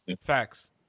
Facts